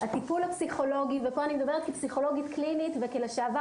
הטיפול הפסיכולוגי ופה אני מדברת כפסיכולוגית קלינית וכלשעבר